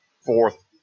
fourth